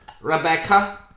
Rebecca